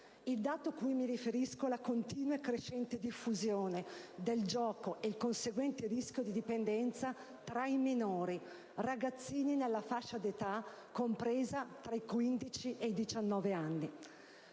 Il dato cui mi riferisco è la continua e crescente diffusione del gioco e il conseguente rischio di dipendenza tra i minori, ragazzini nella fascia di età compresa tra i 15 e i 19 anni.